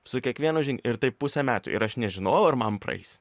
su kiekvienu žin ir taip pusę metų ir aš nežinau ar man praeis